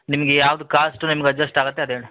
ನಿಮಗೆ ಯಾವುದು ಕಾಸ್ಟ್ ನಿಮಗೆ ಅಜ್ಜಸ್ಟ್ ಆಗುತ್ತೆ ಅದು ಹೇಳಿ